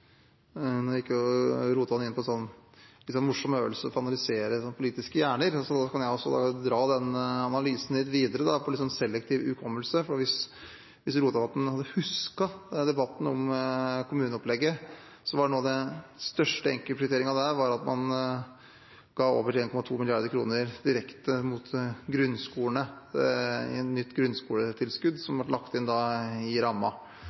Nå gikk Rotevatn inn på en litt morsom øvelse for å analysere politiske hjerner, så da kan jeg dra den analysen litt videre til å handle om selektiv hukommelse. Hvis Rotevatn hadde husket debatten om kommuneopplegget, var en av de største enkeltprioriteringene der at man ga over 1,2 mrd. kr direkte mot grunnskolene, i et nytt grunnskoletilskudd som da ble lagt inn i